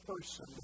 person